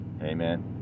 amen